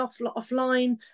offline